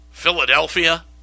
philadelphia